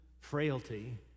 frailty